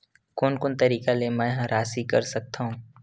कोन कोन तरीका ले मै ह राशि कर सकथव?